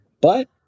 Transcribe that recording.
But-